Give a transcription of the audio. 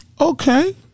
Okay